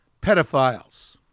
pedophiles